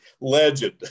legend